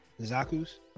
Zaku's